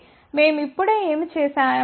కాబట్టి మేము ఇప్పుడే ఏమి చేసాము